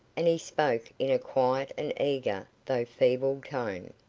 and he spoke in a quiet and eager, though feeble tone.